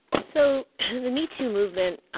so the metoo movement